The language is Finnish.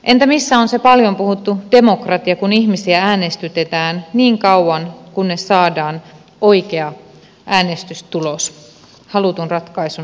entä missä on se paljon puhuttu demokratia kun ihmisiä äänestytetään niin kauan kunnes saadaan oikea äänestystulos halutun ratkaisun aikaansaamiseksi